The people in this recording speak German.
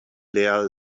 leer